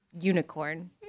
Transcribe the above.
unicorn